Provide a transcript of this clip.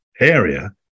area